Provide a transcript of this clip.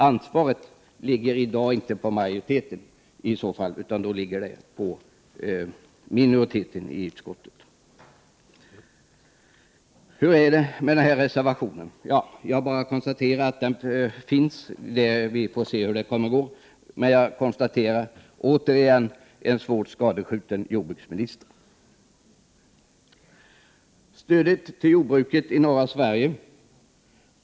Ansvaret ligger i dag i så fall inte på majoriteten utan på minoriteten i utskottet. Jag bara konstaterar att denna reservation finns. Vi får sedan se hur det går. Men man kan återigen konstatera att jordbruksministern är svårt skadskjuten.